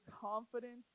confidence